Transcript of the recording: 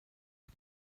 wyt